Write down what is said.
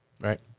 Right